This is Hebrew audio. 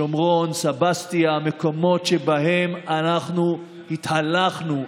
שומרון, סבסטיה, מקומות שבהם אנחנו התהלכנו.